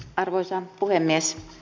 arvoisa puhemies